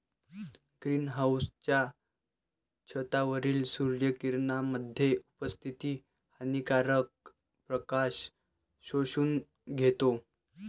green हाउसच्या छतावरील सूर्य किरणांमध्ये उपस्थित हानिकारक प्रकाश शोषून घेतो